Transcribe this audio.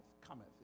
cometh